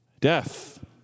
Death